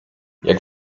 jak